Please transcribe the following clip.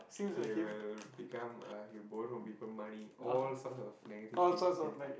he will become uh he will borrow people money all sorts of negative things okay